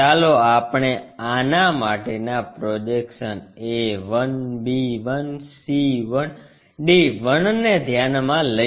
ચાલો આપણે આના માટેના projections a 1 b 1 c 1 d 1 ને ધ્યાનમાં લઈએ